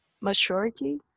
maturity